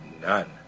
None